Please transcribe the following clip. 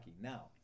Now